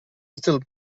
still